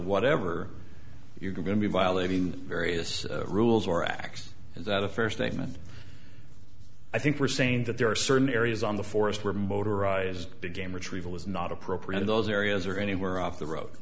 whatever you're going to be violating various rules or x is that a fair statement i think we're saying that there are certain areas on the forest where motorized big game retrieval is not appropriate in those areas or anywhere off the road